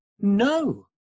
No